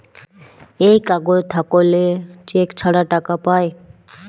এই কাগজ থাকল্যে চেক ছাড়া টাকা পায়